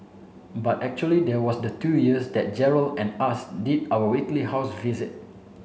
but actually there was the two years that Gerald and us did our weekly house visit